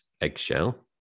eggshell